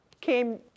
came